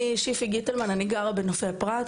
אני גרה בנופי פרת.